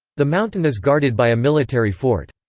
the mountain is guarded by a military fort.